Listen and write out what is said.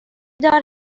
دار